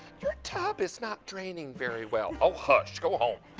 your tub is not draining very well. oh, hush, go home.